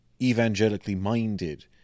evangelically-minded